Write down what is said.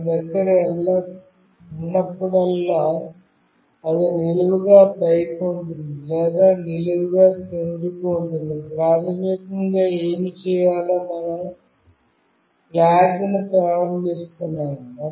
మన దగ్గర ఉన్నప్పుడల్లా అది నిలువుగా పైకి ఉంటుంది లేదా నిలువుగా క్రిందికి ఉంటుంది ప్రాథమికంగా ఏమి చేయాలో మనం ఫ్లాగ్ను ప్రారంభిస్తున్నాము